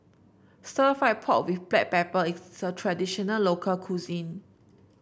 stir fry pork with Black Pepper is a traditional local cuisine